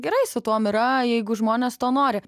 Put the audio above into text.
gerai su tuom yra jeigu žmonės to nori